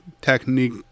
technique